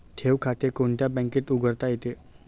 ठेव खाते कोणत्या बँकेत उघडता येते?